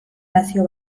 nazio